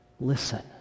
listen